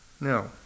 no